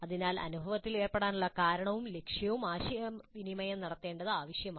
അതിനാൽ അനുഭവത്തിൽ ഏർപ്പെടാനുള്ള കാരണവും ലക്ഷ്യവും ആശയവിനിമയം നടത്തേണ്ടത് ആവശ്യമാണ്